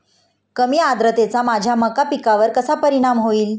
कमी आर्द्रतेचा माझ्या मका पिकावर कसा परिणाम होईल?